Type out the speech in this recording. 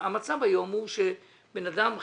המצב היום הוא שבן אדם,